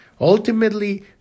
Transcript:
Ultimately